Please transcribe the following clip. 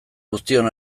guztion